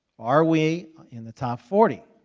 are we in the top forty?